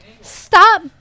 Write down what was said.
Stop